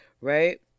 right